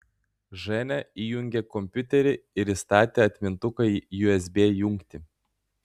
ženia įjungė kompiuterį ir įstatė atmintuką į usb jungtį